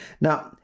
Now